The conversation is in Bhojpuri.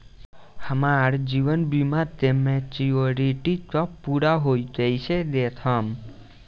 हमार जीवन बीमा के मेचीयोरिटी कब पूरा होई कईसे देखम्?